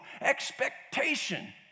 expectation